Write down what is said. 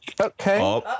Okay